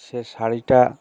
সে শাড়িটা